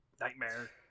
Nightmare